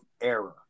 error